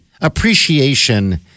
appreciation